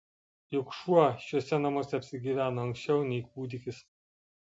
juk šuo šiuose namuose apsigyveno anksčiau nei kūdikis